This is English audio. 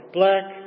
black